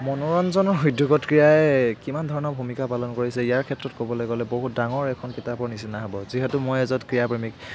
মনোৰঞ্জনৰ উদ্য়োগত ক্ৰীড়াই কিমান ধৰণৰ ভূমিকা পালন কৰিছে ইয়াৰ ক্ষেত্ৰত ক'বলৈ গ'লে বহুত ডাঙৰ এখন কিতাপৰ নিচিনা হ'ব যিহেতু মই এজন ক্ৰীড়া প্ৰেমিক